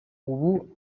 ubu